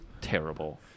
terrible